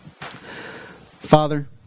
Father